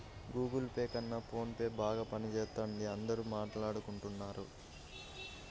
Google Pay కన్నా phone పేనే బాగా పనిజేత్తందని అందరూ మాట్టాడుకుంటన్నారు